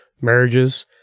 marriages